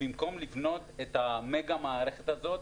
במקום לבנות את המגה-מערכת הזאת